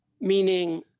meaning